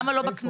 למה לא בכנסת?